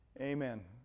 Amen